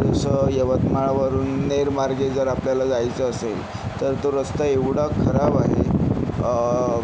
आता जसं यवतमाळवरून नेरमार्गे जर आपल्याला जायचे असेल तर तो रस्ता एवढा खराब आहे